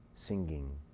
singing